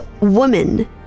woman